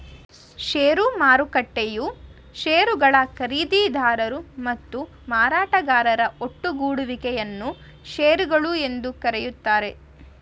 ಷೇರು ಮಾರುಕಟ್ಟೆಯು ಶೇರುಗಳ ಖರೀದಿದಾರರು ಮತ್ತು ಮಾರಾಟಗಾರರ ಒಟ್ಟುಗೂಡುವಿಕೆ ಯನ್ನ ಶೇರುಗಳು ಎಂದು ಕರೆಯುತ್ತಾರೆ